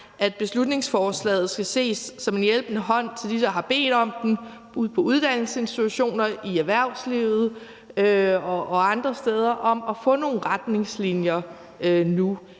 at beslutningsforslaget skal ses som en hjælpende hånd til dem, der har bedt om den ude på uddannelsesinstitutionerne, i erhvervslivet og andre steder, for at få nogle retningslinjer nu.